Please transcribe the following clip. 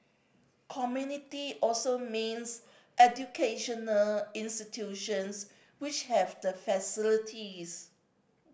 community also means educational institutions which have the facilities